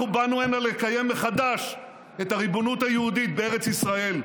אנחנו באנו הנה לקיים מחדש את הריבונות היהודית בארץ ישראל.